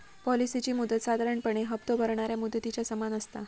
पॉलिसीची मुदत साधारणपणे हप्तो भरणाऱ्या मुदतीच्या समान असता